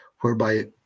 whereby